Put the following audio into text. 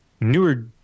newer